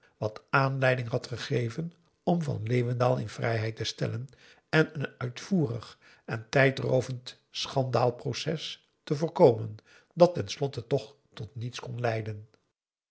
wat aanleiding had gegeven om van leeuwendaal in vrijheid te stellen en een uitvoerig en tijdroovend schandaalproces te voorkomen dat ten slotte toch tot niets kon leiden